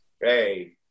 hey